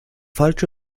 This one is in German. falsche